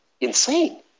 insane